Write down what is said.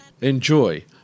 Enjoy